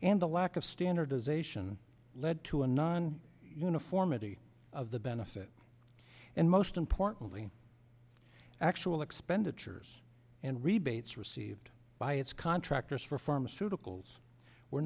and the lack of standardization led to a non uniformity of the benefit and most importantly actual expenditures and rebates received by its contractors for pharmaceuticals were